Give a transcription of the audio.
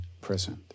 present